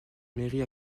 mairie